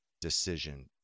decision